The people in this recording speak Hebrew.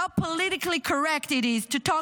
how politically correct it is to talk